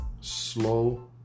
slow